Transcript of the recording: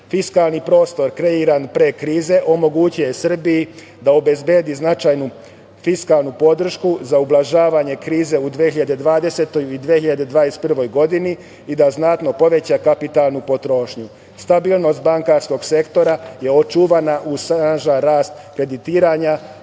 prostor kreiran pre krize omogućuje Srbiji da obezbedi značajnu fiskalnu podršku za ublažavanje kriza u 2020. godini ili 2021. godini i da znatno poveća kapitalnu potrošnju. Stabilnost bankarskog sektora je očuvana uz snažan rast kreditiranja,